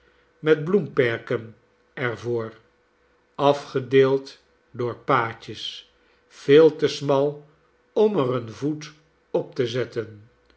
buitentjes metbloemperken er voor afgedeeld door paadjes veel te smal om er een voet op te zetten